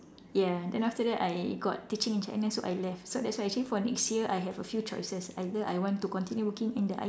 ya then after that I got teaching in Chinese so I left so that's why next year I have a few choices either I want to continue working in the I